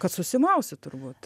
kad susimausiu turbūt